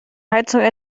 heizung